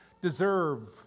deserve